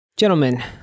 Gentlemen